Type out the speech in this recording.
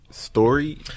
story